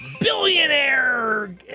Billionaire